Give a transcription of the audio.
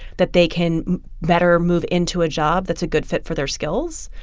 that they can better move into a job that's a good fit for their skills,